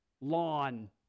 Lawn